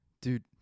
dude